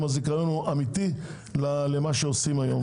אם הזיכיון הוא אמיתי למה שעושים היום